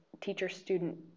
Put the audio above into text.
teacher-student